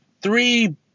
Three